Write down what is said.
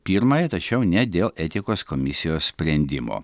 pirmąją tačiau ne dėl etikos komisijos sprendimo